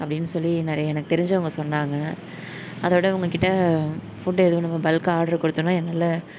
அப்படின்னு சொல்லி நறைய எனக்கு தெரிஞ்சவங்க சொன்னாங்க அதோட உங்கள்கிட்ட ஃபுட் ஏதுவும் நம்ம பல்க்கா ஆடர் குடுத்தோனா நல்ல